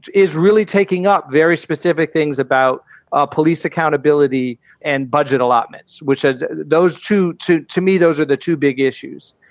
is really taking up very specific things about ah police accountability and budget allotments, which add those two to. to me, those are the two big issues,